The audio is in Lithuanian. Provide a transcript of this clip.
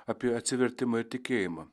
apie atsivertimą ir tikėjimą